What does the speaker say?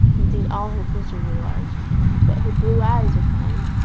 indeed all her features were large but her blue eyes were fine.